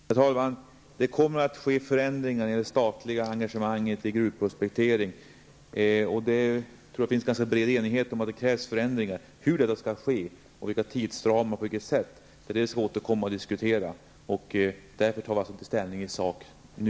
Herr talman! Det kommer att ske förändringar i det statliga engagemanget i gruvprospektering, och jag tror att det finns en ganska bred enighet om att det krävs förändringar. Hur detta skall ske, med vilka tidsramar och på vilket sätt, får vi återkomma till och diskutera senare, och därför tar vi inte ställning i sak nu.